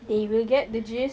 they will get the gist